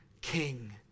king